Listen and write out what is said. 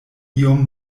iom